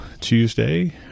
Tuesday